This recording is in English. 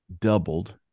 doubled